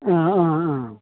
अ अ अ